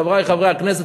חברי חברי הכנסת,